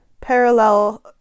parallel